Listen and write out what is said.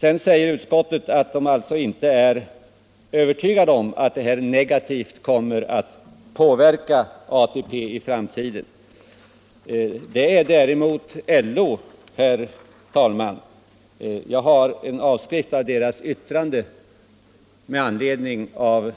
Vidare säger utskottet att man inte är övertygad om att den här omläggningen kommer att negativt påverka ATP i framtiden. Det är däremot LO, herr talman. Jag har en avskrift av dess yttrande med anledning av